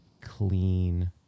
clean